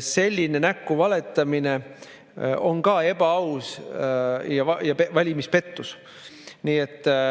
Selline näkku valetamine on ka ebaaus ja valimispettus.